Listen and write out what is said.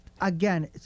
Again